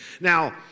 Now